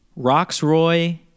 Roxroy